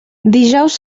dijous